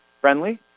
friendly